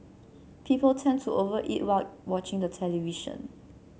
people tend to over eat while watching the television